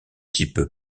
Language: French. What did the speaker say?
type